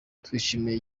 twishimiye